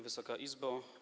Wysoka Izbo!